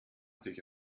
sich